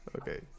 Okay